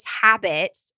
habit